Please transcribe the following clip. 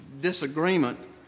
disagreement